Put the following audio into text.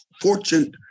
fortune